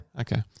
Okay